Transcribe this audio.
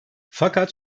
fakat